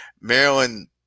Maryland